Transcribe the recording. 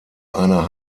einer